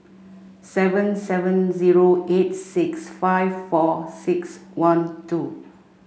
seven seven zero eight six five four six one two